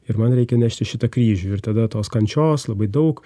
ir man reikia nešti šitą kryžių ir tada tos kančios labai daug